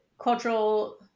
cultural